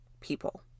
people